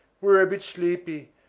wor a bit sleepy,